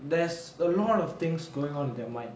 there's a lot of things going on in their mind